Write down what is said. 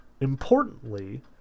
importantly